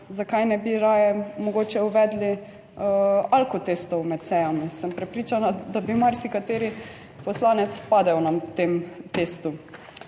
zakaj ne bi raje mogoče uvedli alkotestov med sejami, sem prepričana, da bi marsikateri poslanec padel na tem testu.